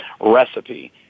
recipe